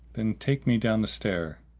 then take me down the stair.